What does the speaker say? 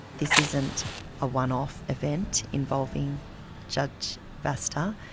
this isn't a one off event involving judge vasta.